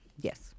Yes